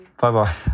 Bye-bye